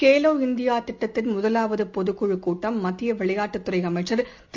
கேலோ இந்தியாதிட்டத்தின் முதலாவதுபொதுக்குழுகூட்டம் மத்தியவிளையாட்டுத் துறைஅமைச்சர் திரு